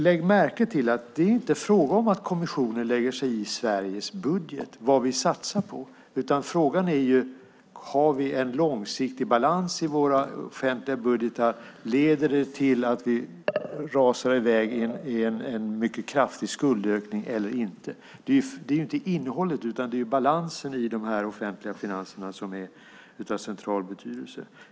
Lägg märke till att det inte är frågan om att kommissionen lägger sig i vad vi ska satsa på i Sveriges budget, utan frågan är om vi har långsiktig balans i våra budgetar och om det leder till att vi får en kraftig skuldökning eller inte. Det är ju inte innehållet utan balansen i de offentliga finanserna som är av central betydelse.